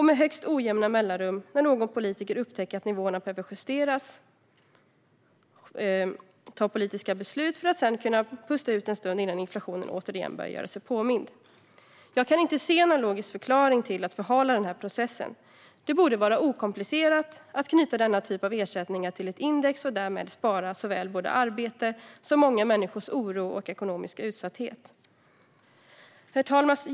Med högst ojämna mellanrum, när någon politiker upptäcker att nivåerna behöver justeras och fattar politiska beslut, kan de här människorna sedan pusta ut en stund innan inflationen återigen börjar göra sig påmind. Jag kan inte se någon logisk förklaring till att man förhalar denna process. Det borde vara okomplicerat att knyta denna typ av ersättningar till ett index och därmed spara såväl arbete som många människors oro och ekonomiska utsatthet. Herr talman!